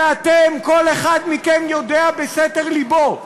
ואתם, כל אחד מכם יודע בסתר לבו שאי-אפשר,